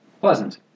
pleasant